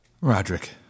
Roderick